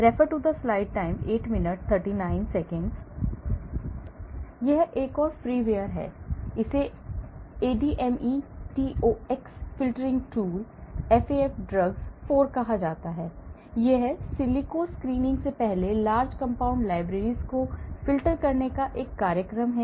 एक और फ्रीवेयर है इसे ADME Tox filtering tool FAF drugs 4 कहा जाता है यह सिलिको स्क्रीनिंग से पहले large compound libraries को फ़िल्टर करने का एक कार्यक्रम है